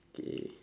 okay